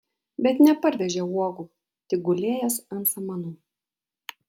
bet neparvežė uogų tik gulėjęs ant samanų